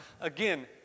again